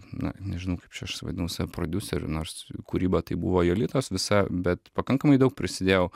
na nežinau kaip čia aš vadinau save prodiuseriu nors kūryba tai buvo jolitos visa bet pakankamai daug prisidėjau